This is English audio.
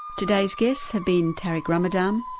today's guests have been tariq ramadan,